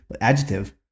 adjective